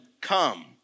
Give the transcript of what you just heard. come